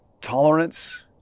tolerance